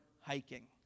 hiking